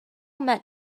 met